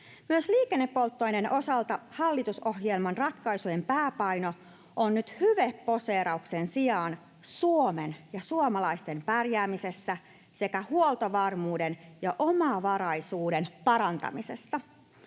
Myös liikennepolttoaineiden osalta hallitusohjelman ratkaisujen pääpaino on nyt hyveposeerauksen sijaan Suomen ja suomalaisten pärjäämisessä sekä huoltovarmuuden ja omavaraisuuden parantamisessa.